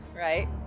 Right